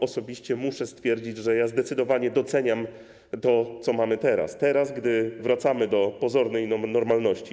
Osobiście muszę stwierdzić, że zdecydowanie doceniam to, co mamy teraz, gdy wracamy do pozornej normalności.